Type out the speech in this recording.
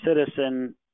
citizen